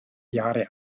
jahre